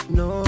no